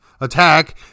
attack